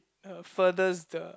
uh furthers the